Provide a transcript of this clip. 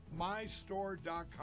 mystore.com